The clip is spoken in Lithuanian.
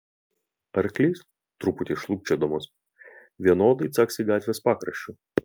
arklys truputį šlubčiodamas vienodai caksi gatvės pakraščiu